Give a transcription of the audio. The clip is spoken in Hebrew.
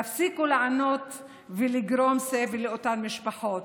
תפסיקו לענות ולגרום סבל לאותן משפחות.